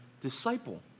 disciple